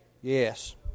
Yes